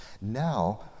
Now